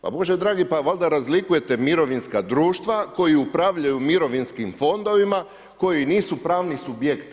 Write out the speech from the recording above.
Pa Bože dragi, pa valjda razlikujete mirovinska društva koje upravljiviju mirovinskim fondovima, koje nisu pravni subjekt.